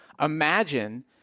imagine